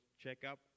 checkup